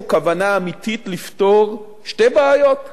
יש פה כוונה אמיתית לפתור שתי בעיות גדולות: